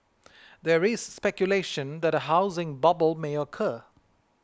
there is speculation that a housing bubble may occur